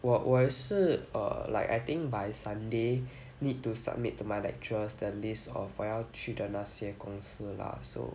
我我也是 err like I think by sunday need to submit to my lecturers the list of 我要去的那些公司 lah so